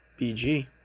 BG